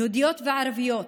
יהודיות וערביות,